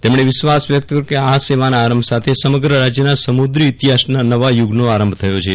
તેમણે વિશ્વાસ વ્યક્ત કર્યો હતો કે આ સેવાના આરંભ સાથે સમગ્ર રાજ્યના સમુક્રી ઇતિહાસના નવા યુગનો આરંભ થયો છે